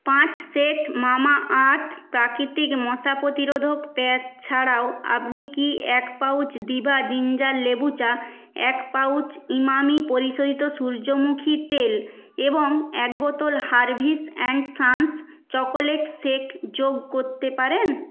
পাঁচ set Mamaearth প্রাকৃতিক মশা প্রতিরোধক প্যাচ ছাড়াও আপনি কি এক পাউচ দিভা জিঞ্জার লেবু চা এক পাউচ ইমামি পরিশোধিত সূর্যমুখী তেল এবং এক বোতল হারভিস অ্যাণ্ড সন্স চকোলেট শেক যোগ করতে পারেন